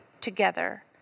together